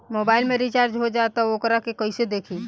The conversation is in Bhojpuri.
मोबाइल में रिचार्ज हो जाला त वोकरा के कइसे देखी?